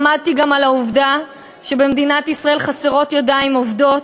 עמדתי גם על העובדה שבמדינת ישראל חסרות ידיים עובדות,